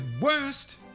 worst